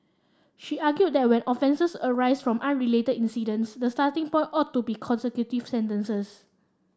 she argued that when offences arise from unrelated incidents the starting point ought to be consecutive sentences